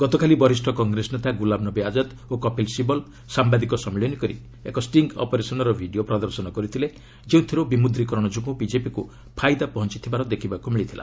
ଗତକାଲି ବରିଷ୍ଣ କଂଗ୍ରେସ ନେତା ଗୁଲାମନବୀ ଆଜାଦ ଓ କପିଲ ସିବଲ୍ ସାମ୍ଭାଦିକ ସମ୍ମିଳନୀ କରି ଏକ ଷ୍ଟିଙ୍ଗ୍ ଅପରେସନ୍ର ଭିଡ଼ିଓ ପ୍ରଦର୍ଶନ କରିଥିଲେ ଯେଉଁଥିରୁ ବିମୁଦ୍ରିକରଣ ଯୋଗୁଁ ବିଜେପିକୁ ଫାଇଦା ପହଞ୍ଚଥିବାର ଦେଖିବାକୁ ମିଳିଥିଲା